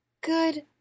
Good